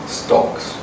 stocks